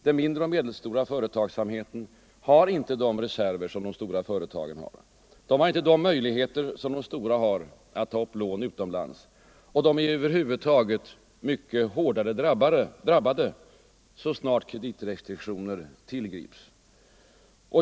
Den mindre och medelstora företagsamheten har inte sådana reserver som de stora företagen har. De mindre och medelstora företagen har inte samma möjligheter som de stora att ta upp lån utomlands. De är över huvud taget mycket hårdare drabbade så snart kreditrestriktioner tillgrips.